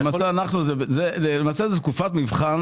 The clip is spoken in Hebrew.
למעשה זאת תקופת מבחן